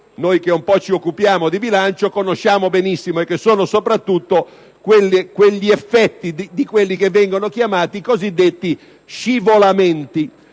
noi che un po' ci occupiamo di bilancio conosciamo benissimo e sono soprattutto gli effetti di quelli che vengono chiamati "scivolamenti".